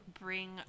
bring